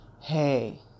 hey